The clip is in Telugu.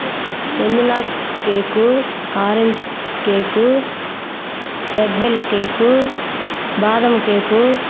vanilla cake orange cake red velvet cake బాదం కేకు